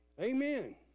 Amen